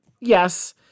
Yes